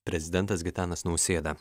prezidentas gitanas nausėda